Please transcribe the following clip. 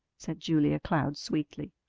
said julia cloud sweetly.